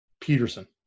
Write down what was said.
Peterson